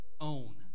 own